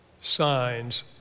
signs